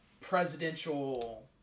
presidential